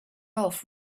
off